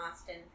austin